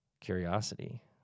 curiosity